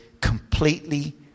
completely